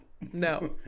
no